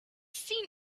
seen